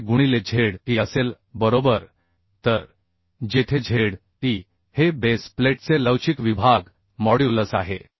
2fy गुणिले z e असेल बरोबर तर जेथे z e हे बेस प्लेटचे लवचिक विभाग मॉड्यूलस आहे